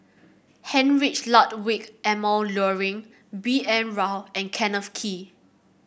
Heinrich Ludwig Emil Luering B N Rao and Kenneth Kee